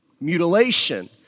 Mutilation